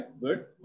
good